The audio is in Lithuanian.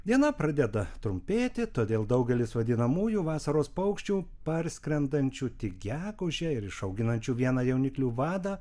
diena pradeda trumpėti todėl daugelis vadinamųjų vasaros paukščių parskrendančių tik gegužę ir išauginančių vieną jauniklių vadą